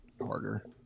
harder